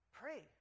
pray